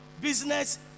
business